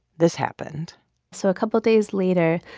this happened so a couple days later,